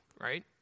right